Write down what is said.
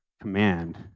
command